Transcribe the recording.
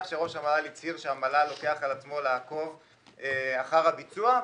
שראש המל"ל הצהיר שהמל"ל לוקח על עצמו לעקוב אחר הביצוע.